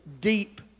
deep